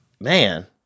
man